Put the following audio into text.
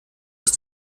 ist